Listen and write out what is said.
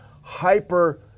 hyper